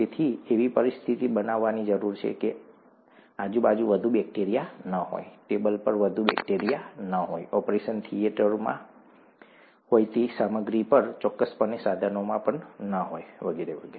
તેથી એવી પરિસ્થિતિઓ બનાવવી જરૂરી છે કે આજુબાજુ વધુ બેક્ટેરિયા ન હોય ટેબલ પર વધુ બેક્ટેરિયા ન હોય ઑપરેશન થિયેટરમાં હોય તે સામગ્રી પર ચોક્કસપણે સાધનોમાં ન હોય વગેરે